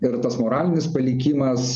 ir tas moralinis palikimas